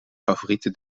favoriete